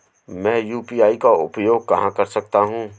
मैं यू.पी.आई का उपयोग कहां कर सकता हूं?